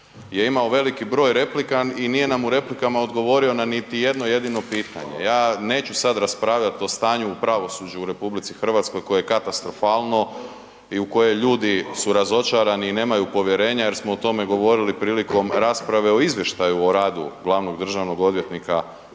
je imao veliki broj replika i nije nam u replikama odgovorio na niti jedno jedino pitanje. Ja neću sad raspravljat o stanju u pravosuđu u RH koje je katastrofalno i u koje su ljudi razočarani i nemaju povjerenja jer smo o tome govorili prilikom rasprave o izvještaju o radu glavnog državnog odvjetnika prošli